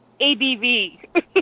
abv